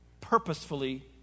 purposefully